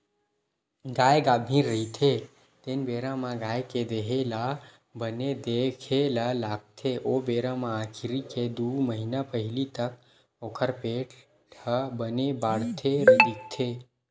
गाय गाभिन रहिथे तेन बेरा म गाय के देहे ल बने देखे ल लागथे ओ बेरा म आखिरी के दू महिना पहिली तक ओखर पेट ह बने बाड़हे दिखथे